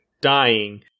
dying